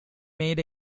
made